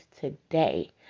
today